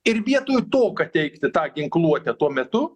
ir vietoj to kad teikti tą ginkluotę tuo metu